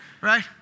Right